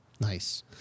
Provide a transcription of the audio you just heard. Nice